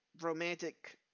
romantic